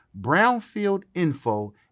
brownfieldinfo